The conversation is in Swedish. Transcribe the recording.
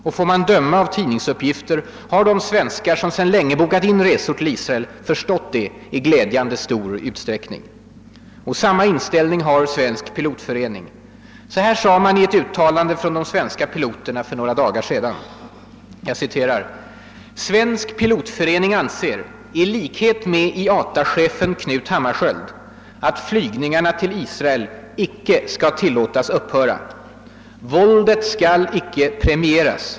Och får man döma av tidningsuppgifter har de svenskar, som sedan länge bokat in resor till Israel, i glädjande stor utsträckning förstått den saken. Samma inställning har Svensk pilotförening. Så här sade de svenska piloterna i ett uttalande för några dagar sedan: »Svensk Pilotförening anser, i likhet med IATA-chefen Knut Hammarskjöld, att flygningarna till Israel icke skall tillåtas upphöra. Våldet skall icke premieras.